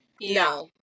no